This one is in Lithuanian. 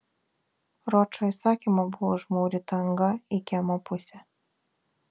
ročo įsakymu buvo užmūryta anga į kiemo pusę